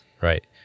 Right